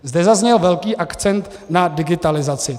Zde zazněl velký akcent na digitalizaci.